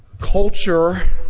Culture